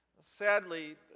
Sadly